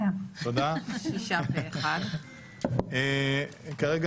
והוראת שעה) (שירות במשטרה ושירות מוכר)